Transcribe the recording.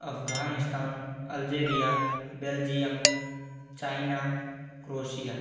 Afghanistan Algeria Belgium China Croatia